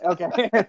Okay